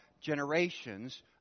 generations